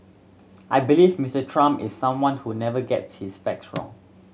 I believe Mister Trump is someone who never gets his facts wrong